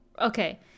okay